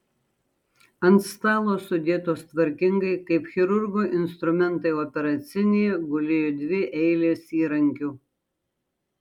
ant stalo sudėtos tvarkingai kaip chirurgo instrumentai operacinėje gulėjo dvi eilės įrankių